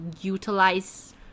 utilize